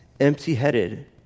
empty-headed